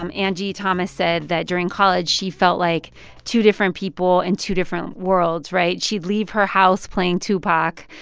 um angie thomas said that during college, she felt like two different people in and two different worlds, right? she'd leave her house playing tupac.